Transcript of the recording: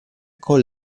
col